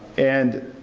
and